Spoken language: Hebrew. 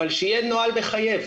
אבל שיהיה נוהל מחייב.